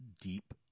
deep